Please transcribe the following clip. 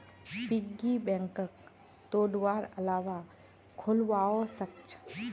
piggy बैंकक तोडवार अलावा खोलवाओ सख छ